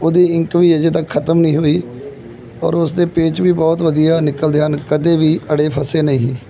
ਉਹਦੀ ਇੰਕ ਵੀ ਅਜੇ ਤੱਕ ਖ਼ਤਮ ਨਹੀਂ ਹੋਈ ਔਰ ਉਸਦੇ ਪੇਚ ਵੀ ਬਹੁਤ ਵਧੀਆ ਨਿਕਲਦੇ ਹਨ ਕਦੇ ਵੀ ਅੜੇ ਫਸੇ ਨਹੀਂ